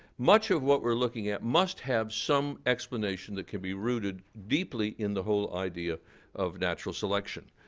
much of what we're looking at must have some explanation that can be rooted deeply in the whole idea of natural selection.